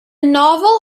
novel